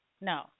no